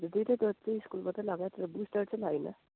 हजुर दुइवटा डोज चाहिँ स्कुलबाट लगाएँ तर बुस्टर चाहिँ लगाइनँ